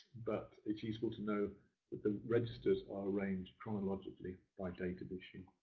but it's useful to know that the registers are arranged chronologically by date of issue.